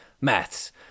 maths